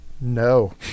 No